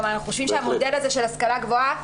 כלומר, אנחנו חושבים שהמודל של ההשכלה הגבוהה